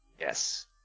Yes